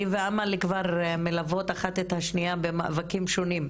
אני ואמל כבר מלוות אחת את השנייה במאבקים שונים,